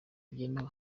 byemewe